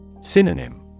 Synonym